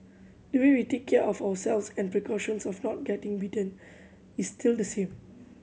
the way we take care of ourselves and precautions of not getting bitten is still the same